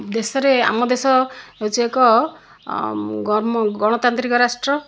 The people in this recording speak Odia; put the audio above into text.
ଦେଶରେ ଆମ ଦେଶ ହେଉଛି ଏକ ଗଣତାନ୍ତ୍ରିକ ରାଷ୍ଟ୍ର